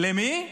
למי?